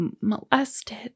molested